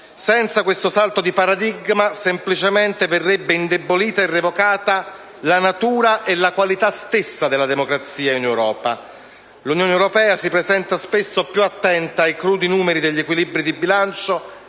Senza questo salto di paradigma semplicemente verrebbe indebolita e revocata in dubbio la natura e la qualità della democrazia in Europa. L'Unione europea si presenta spesso più attenta ai crudi numeri degli equilibri di bilancio